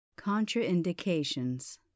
Contraindications